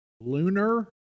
lunar